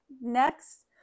next